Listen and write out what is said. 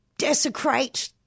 desecrate